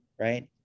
right